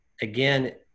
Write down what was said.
again